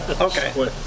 okay